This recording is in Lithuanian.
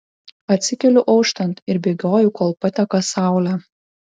atsikeliu auštant ir bėgioju kol pateka saulė